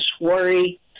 worry